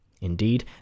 Indeed